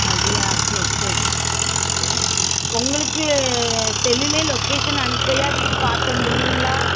அப்படியா சரி சரி சரி உங்களுக்கு செல்லில் லொக்கேஷன் அனுப்பையா வீடு பார்த்து வந்துடுவீங்களா